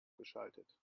geschaltet